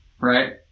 right